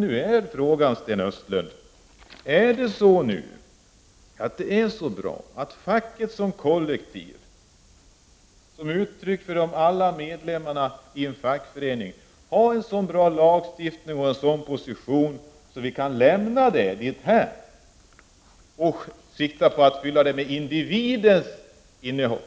Nu är frågan, Sten Östlund: Har vi nu en så bra lagstiftning vad gäller facket som kollektiv, som uttryck för alla medlemmar i en fackförening, och har facket nu en så bra position så att vi kan lämna dessa frågor därhän? Kan vi nu i stället sikta på att ge ett meningsfullt innehåll